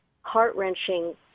heart-wrenching